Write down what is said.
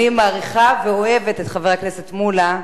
אני מעריכה ואוהבת את חבר הכנסת מולה,